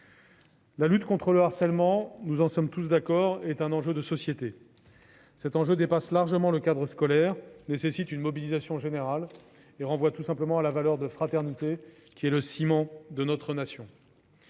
La lutte contre le harcèlement, nous en sommes tous d'accord, est un enjeu de société. Cet enjeu dépasse largement le cadre scolaire et nécessite une mobilisation générale ; il renvoie tout simplement à la valeur de fraternité qui est le ciment de notre nation.